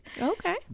okay